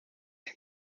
den